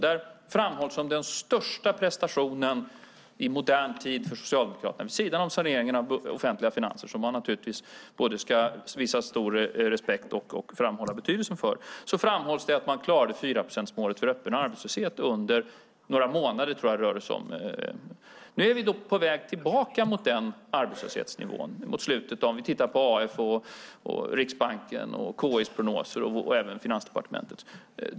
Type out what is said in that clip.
Där framhålls som den största prestationen i modern tid för Socialdemokraterna - vid sidan om saneringen av offentliga finanser, som man naturligtvis ska visa stor respekt för och framhålla betydelsen av - att man klarade fyraprocentsmålet för öppen arbetslöshet under några månader. Nu är vi på väg tillbaka mot den arbetslöshetsnivån - om vi tittar på AF:s, Riksbankens, KI:s och Finansdepartementets prognoser.